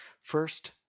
First